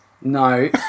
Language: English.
No